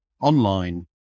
online